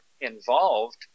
involved